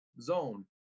zone